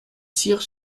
cyr